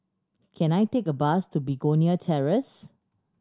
can I take a bus to Begonia Terrace